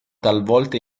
talvolta